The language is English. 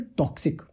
toxic